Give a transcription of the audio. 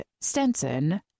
Stenson